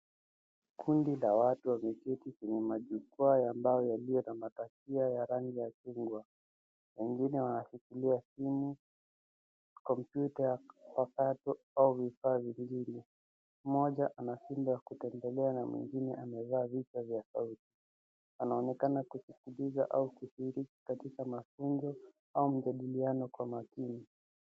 Kundi la watu walioketi kwenye majukwaa ya mbao yaliyo na matakia ya ranyi ya chungwa. Wengine wanashikilia simu, kompyuta mpakato au vifaa vingine. Mmoja ana fimbo ya kutembelea na mwingine amevaa vito vya sauti anaonekana kusikiliza au kushiriki katika mafunzo au mjadiliano kwa makini.